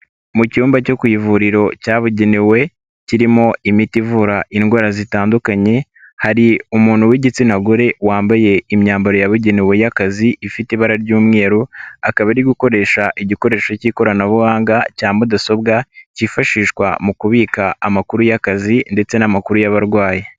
Mu cyumba cyo ku ivuriro cyabugenewe kirimo imiti ivura indwara zitandukanye, hari umuntu w'igitsina gore wambaye imyambaro yabugenewe y'akazi ifite ibara ry'umweru, akaba ari gukoresha igikoresho cy'ikoranabuhanga cya mudasobwa cyifashishwa mu kubika amakuru y'akazi ndetse n'amakuru y'abarwayi.